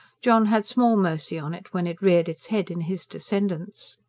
john had small mercy on it when it reared its head in his descendants.